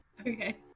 Okay